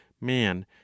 man